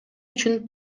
үчүн